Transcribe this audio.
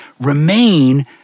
remain